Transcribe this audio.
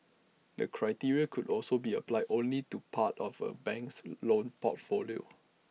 the criteria could also be applied only to parts of A bank's loan portfolio